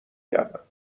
کردم